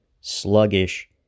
sluggish